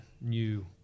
new